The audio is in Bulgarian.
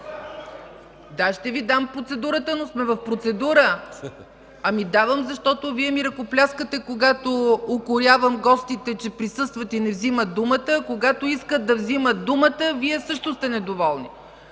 Да, ще Ви дам процедурата, но сме в процедура. (Реплики.) Давам, защото Вие ми ръкопляскате, когато укорявам гостите, че присъстват и не взимат думата, а когато искат да вземат думата, също сте недоволни.